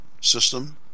system